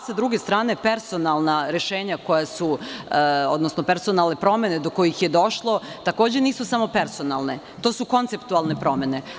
Sa druge strane, personalna rešenja, odnosno personalne promene do kojih je došlo takođe nisu samo personalne, to su konceptualne promene.